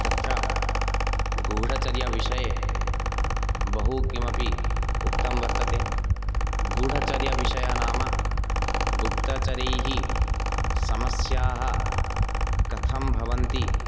तत्र गूढचर्यविषये बहू किमपि उक्तं वर्तते गूढचर्यविषया नाम गुप्ताचर्यैः समस्याः कथं भवन्ति